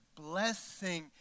blessing